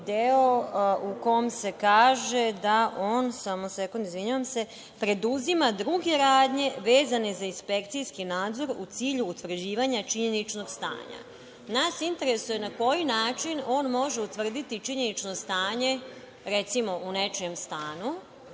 u kom se kaže da on preduzima druge radnje vezane za inspekcijski nadzor u cilju utvrđivanja činjeničnog stanja. Nas interesuje na koji način on može utvrditi činjenično stanje, recimo, u nečijem stanu,